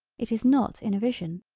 it is not in a vision.